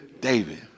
David